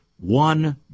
one